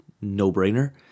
no-brainer